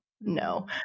No